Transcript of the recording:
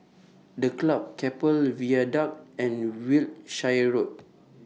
The Club Keppel Viaduct and Wiltshire Road